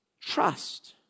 Trust